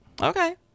Okay